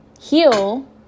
heal